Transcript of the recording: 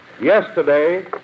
yesterday